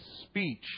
speech